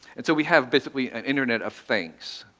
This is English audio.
and so we have, basically, an internet of things.